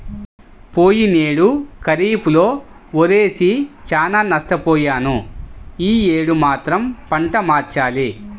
పోయినేడు ఖరీఫ్ లో వరేసి చానా నష్టపొయ్యాను యీ యేడు మాత్రం పంట మార్చాలి